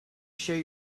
share